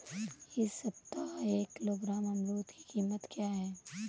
इस सप्ताह एक किलोग्राम अमरूद की कीमत क्या है?